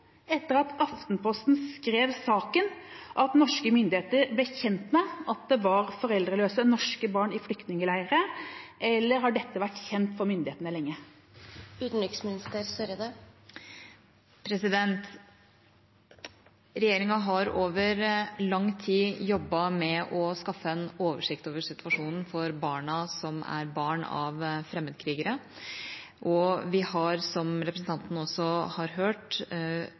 etter at Aftenposten skrev om saken, at norske myndigheter ble kjent med at det var foreldreløse norske barn i flyktningleirer, eller har dette vært kjent for myndighetene lenge? Regjeringa har over lang tid jobbet med å skaffe en oversikt over situasjonen for barna som er barn av fremmedkrigere. Vi har også, som representanten Huitfeldt også har hørt,